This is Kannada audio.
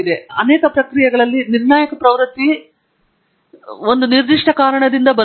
ಅನೇಕ ಪ್ರಕ್ರಿಯೆಗಳಲ್ಲಿ ನಿರ್ಣಾಯಕ ಪ್ರಕೃತಿ ನಿಮಗೆ ಈಗಾಗಲೇ ತಿಳಿದಿರುವ ಒಂದು ನಿರ್ದಿಷ್ಟ ಕಾರಣದಿಂದ ಬರಬಹುದು